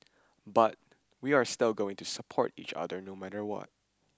but we are still going to support each other no matter what